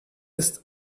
ist